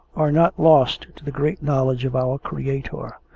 are not lost to the great knowledge of our creator.